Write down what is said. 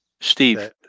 Steve